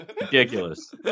Ridiculous